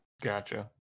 Gotcha